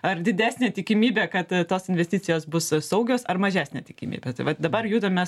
ar didesnė tikimybė kad tos investicijos bus saugios ar mažesnė tikimybė tai vat dabar judam mes